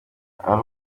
aha